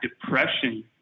depression